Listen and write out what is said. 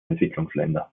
entwicklungsländer